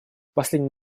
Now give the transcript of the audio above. последние